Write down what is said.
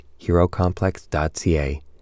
herocomplex.ca